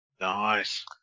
Nice